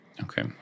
Okay